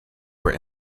were